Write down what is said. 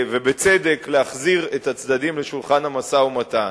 ובצדק, להחזיר את הצדדים לשולחן המשא-ומתן?